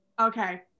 Okay